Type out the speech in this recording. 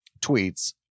tweets